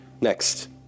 Next